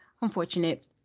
unfortunate